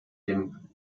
dem